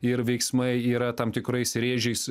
ir veiksmai yra tam tikrais rėžiais